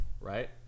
Right